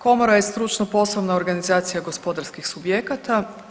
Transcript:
Komora je stručno poslovna organizacija gospodarskih subjekata.